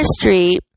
street